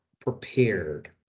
prepared